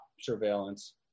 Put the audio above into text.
surveillance